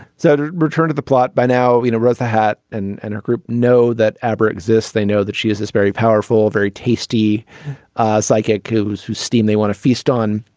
so return to the plot by now. you know rose the hat and and her group know that abra exists. they know that she has this very powerful very tasty psychic who's whose steam they want to feast on.